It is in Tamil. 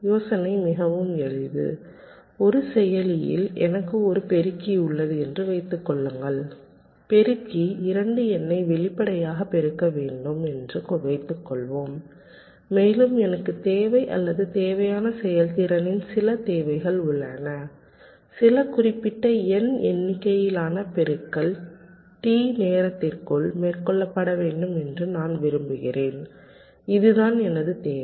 யோசனை மிகவும் எளிது ஒரு செயலியில் எனக்கு ஒரு பெருக்கி உள்ளது என்று வைத்துக் கொள்ளுங்கள் பெருக்கி 2 எண்ணை வெளிப்படையாகப் பெருக்க வேண்டும் என்று வைத்துக்கொள்வோம் மேலும் எனக்குத் தேவை அல்லது தேவையான செயல்திறனின் சில தேவைகள் உள்ளன சில குறிப்பிட்ட n எண்ணிக்கையிலான பெருக்கல் T நேரத்திற்குள் மேற்கொள்ளப்பட வேண்டும் என்று நான் விரும்புகிறேன் இதுதான் எனது தேவை